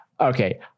Okay